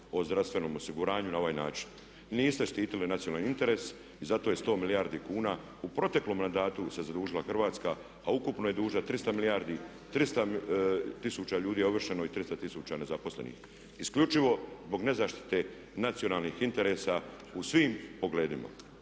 o zdravstvenom osiguranju na ovaj način. Niste štitili nacionalni interes i zato je 100 milijardi kuna u proteklom mandatu se zadužila Hrvatska a ukupno je dužna 300 milijardi, 300 tisuća ljudi je ovršeno i 300 tisuća nezaposlenih. Isključivo zbog ne zaštite nacionalnih interesa u svim pogledima